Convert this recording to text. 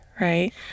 Right